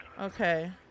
Okay